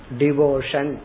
devotion